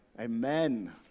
Amen